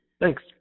Thanks